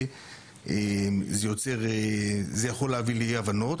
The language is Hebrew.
יכול להביא לאי הבנות.